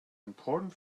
important